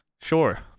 Sure